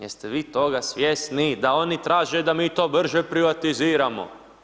Jeste vi toga svjesni da oni traže da mi to brže privatiziramo?